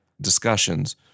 discussions